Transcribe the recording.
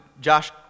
Josh